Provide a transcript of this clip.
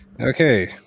Okay